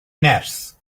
nerth